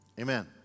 Amen